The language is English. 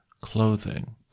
clothing